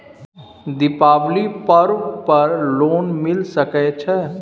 दीपावली पर्व पर लोन मिल सके छै?